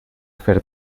fer